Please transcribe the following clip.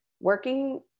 working